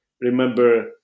remember